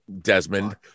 Desmond